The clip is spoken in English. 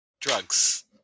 drugs